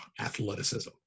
athleticism